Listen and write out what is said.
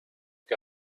che